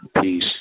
peace